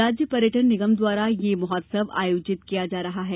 राज्य पर्यटन निगम द्वारा ये महोत्सव आयोजित किया जा रहा है